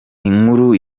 inkuru